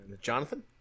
Jonathan